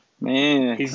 Man